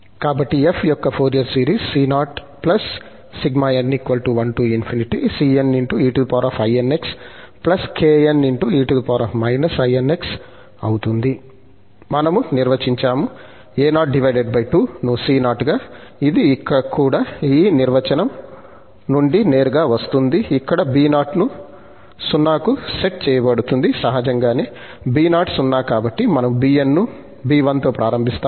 కాబట్టి f యొక్క Fourier series అవుతుంది మనము నిర్వచించాము a02 ను c0 గా ఇది కూడా ఈ నిర్వచనం నుండి నేరుగా వస్తుంది ఇక్కడ b0 ను 0 కు సెట్ చేయబడుతుంది సహజంగానే b0 0 కాబట్టి మనము bn ను b1 తో ప్రారంభిస్తాము